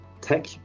tech